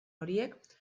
horiek